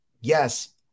yes